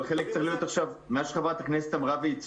אבל כפי שחברת הכנסת אמרה, והיא צודקת,